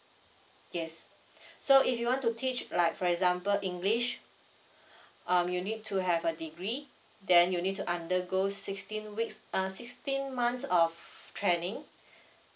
yes so if you want to teach like for example english um you need to have a degree then you need to undergo sixteen weeks uh sixteen months of training